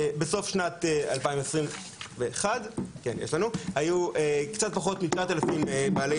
בסוף שנת 2021 היו קצת פחות מ-9000 בעלי